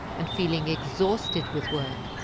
and feeling exhausted with work,